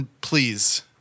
please